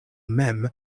mem